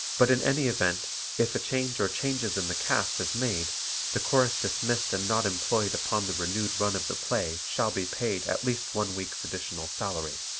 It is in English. but in any event if a change or changes in the cast is made the chorus dismissed and not employed upon the renewed run of the play shall be paid at least one week's additional salary.